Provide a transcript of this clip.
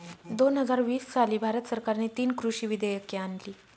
दोन हजार वीस साली भारत सरकारने तीन कृषी विधेयके आणली